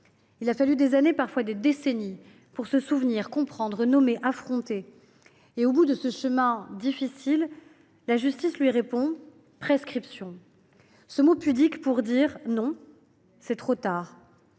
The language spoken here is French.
Il a fallu des années, parfois des décennies, pour se souvenir, comprendre, nommer, affronter, et au bout de ce chemin difficile, la justice lui répond « prescription !», ce mot pudique pour dire :« Non, c’est trop tard.